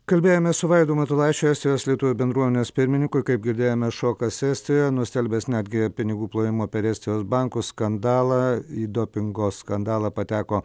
kalbėjome su vaidu matulaičiu estijos lietuvių bendruomenės pirmininkui kaip girdėjome šokas estijoje nustelbęs netgi pinigų plovimo per estijos bankus skandalą į dopingo skandalą pateko